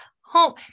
home